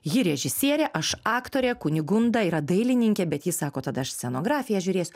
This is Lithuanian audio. ji režisierė aš aktorė kunigunda yra dailininkė bet jis sako tada aš scenografiją žiūrėsiu